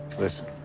listen,